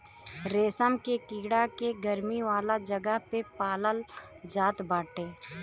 रेशम के कीड़ा के गरमी वाला जगह पे पालाल जात बाटे